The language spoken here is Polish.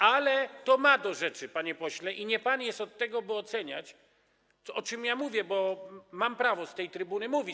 Ale to ma do rzeczy, panie pośle, i nie pan jest od tego, by oceniać, o czym mówię, bo mam prawo z tej trybuny mówić.